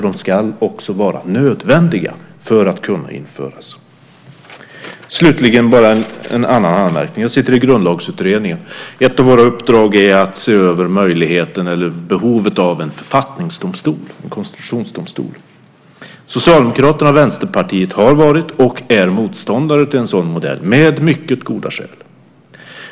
De ska vara nödvändiga för att kunna införas. Slutligen har jag en annan anmärkning. Jag sitter i Grundlagsutredningen. Ett av våra uppdrag är att se över möjligheten eller behovet av en författningsdomstol, en konstitutionsdomstol. Socialdemokraterna och Vänsterpartiet har varit och är motståndare till en sådan modell med mycket goda skäl.